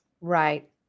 Right